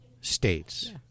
states